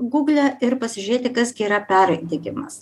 gūgle ir pasižiūrėti kas gi yra perdegimas